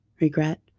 Regret